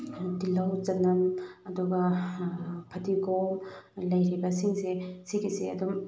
ꯇꯤꯜꯍꯧ ꯆꯅꯝ ꯑꯗꯨꯒ ꯐꯗꯤꯒꯣꯝ ꯂꯩꯔꯤꯕꯁꯤꯡꯁꯦ ꯁꯤꯒꯤꯁꯦ ꯑꯗꯨꯝ